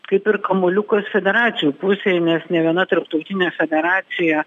kaip ir kamuoliukas federacijų pusėj nes ne viena tarptautinė federacija